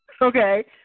okay